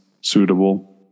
suitable